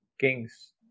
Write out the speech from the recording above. kings